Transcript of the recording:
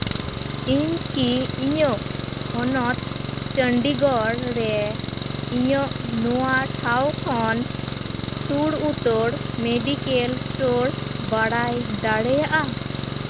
ᱤᱧ ᱠᱤ ᱤᱧᱟᱹᱜ ᱦᱚᱱᱚᱛ ᱪᱚᱱᱰᱤᱜᱚᱲ ᱨᱮ ᱤᱧᱟᱹᱜ ᱱᱚᱣᱟ ᱴᱷᱟᱶ ᱠᱷᱚᱱ ᱥᱩᱨ ᱩᱛᱟᱹᱨ ᱢᱮᱰᱤᱠᱮᱞ ᱥᱴᱳᱨ ᱵᱟᱲᱟᱭ ᱫᱟᱲᱮᱭᱟᱜᱼᱟ